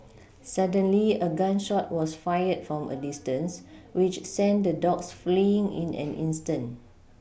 suddenly a gun shot was fired from a distance which sent the dogs fleeing in an instant